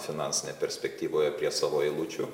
finansinėje perspektyvoje prie savo eilučių